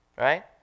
right